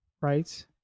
Right